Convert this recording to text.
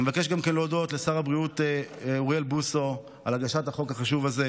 אני מבקש גם כן להודות לשר הבריאות אוריאל בוסו על הגשת החוק החשוב הזה,